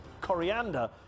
coriander